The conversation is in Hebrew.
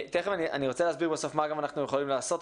אני רוצה להסביר בסוף מה גם אנחנו יכולים לעשות,